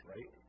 Right